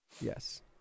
yes